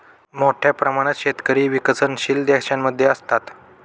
मोठ्या प्रमाणात शेतकरी विकसनशील देशांमध्ये असतात